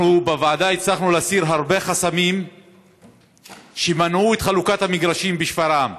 אנחנו בוועדה הצלחנו להסיר הרבה חסמים שמנעו את חלוקת המגרשים בשפרעם.